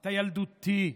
אתה ילדותי,